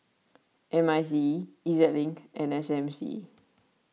M I C E E Z Link and S M C